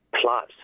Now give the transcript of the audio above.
plus